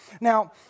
Now